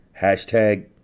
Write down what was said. Hashtag